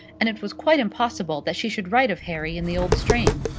and it was quite impossible that she should write of harry in the old strain.